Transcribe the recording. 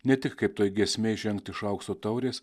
ne tik kaip toj giesmėj žengt iš aukso taurės